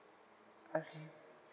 okay